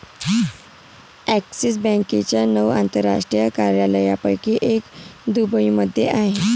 axis बँकेच्या नऊ आंतरराष्ट्रीय कार्यालयांपैकी एक दुबईमध्ये आहे